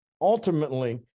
ultimately